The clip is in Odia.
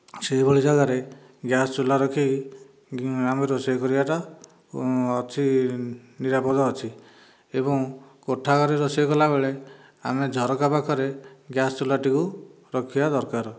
ସେହିଭଳି ଜାଗାରେ ଗ୍ୟାସ୍ ଚୁଲା ରଖିକି ଆମେ ରୋଷେଇ କରିବାଟା ଅଛି ନିରାପଦ ଅଛି ଏବଂ କୋଠାଘରେ ରୋଷେଇ କଲାବେଳେ ଆମେ ଝରକା ପାଖରେ ଗ୍ୟାସ୍ ଚୁଲାଟିକୁ ରଖିବା ଦରକାର